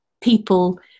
people